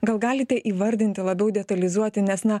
gal galite įvardinti labiau detalizuoti nes na